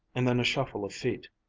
and then a shuffle of feet.